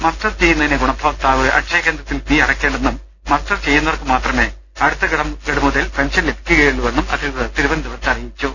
muster ചെയ്യുന്നതിന് ഗുണഭോക്താവ് അക്ഷയ കേന്ദ്ര ത്തിൽ ഫീസ് അടയ്ക്കേണ്ടെന്നും മസ്റ്റർ ചെയ്യുന്നവർക്കു മാത്രമേ അടുത്ത ഗഡു മുതൽ പെൻഷൻ ലഭിക്കുകയുള്ളൂ വെന്നും അധികൃതർ തിരുവനന്തപുരത്ത് അറിയിച്ചു